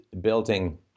building